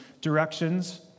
directions